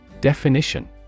Definition